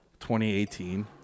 2018